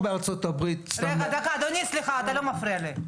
למה בארה"ב --- אדוני, סליחה, אתה לא מפריע לי.